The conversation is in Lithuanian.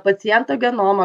paciento genomą